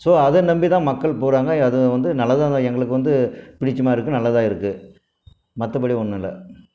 so அதை நம்பிதான் மக்கள் போகிறாங்க அது வந்து நல்லதாகதான் எங்களுக்கு வந்து பிடித்த மாதிரி இருக்குது நல்லாதான் இருக்குது மற்றபடி ஒன்னுல்லை